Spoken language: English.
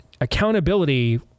accountability